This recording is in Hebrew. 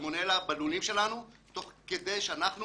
הסלמונלה בלולים שלנו תוך כדי שאנחנו